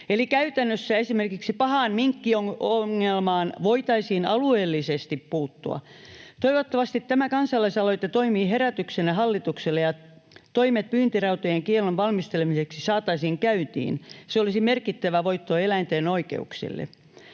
käytännössä esimerkiksi pahaan minkkiongelmaan voitaisiin alueellisesti puuttua. Toivottavasti tämä kansalaisaloite toimii herätyksenä hallitukselle ja toimet pyyntirautojen kiellon valmistelemiseksi saataisiin käyntiin. Se olisi merkittävä voitto eläinten oikeuksille.